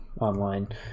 online